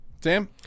sam